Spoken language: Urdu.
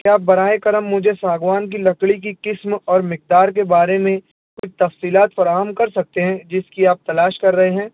کیا آپ براہ کرم مجھے ساگوان کی لکڑی کی قسم اور مقدار کے بارے میں کچھ تفصیلات فراہم کر سکتے ہیں جس کی آپ تلاش کر رہے ہیں